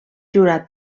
jurat